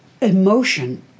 emotion